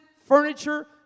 furniture